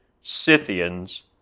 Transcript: Scythians